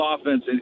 offense